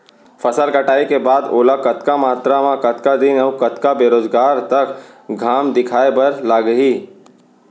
फसल कटाई के बाद ओला कतका मात्रा मे, कतका दिन अऊ कतका बेरोजगार तक घाम दिखाए बर लागही?